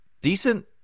Decent